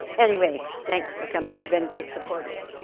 anyway, thanks for coming, they've been great supporters.